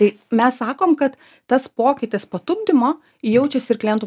tai mes sakom kad tas pokytis patupdymo jaučiasi ir klientų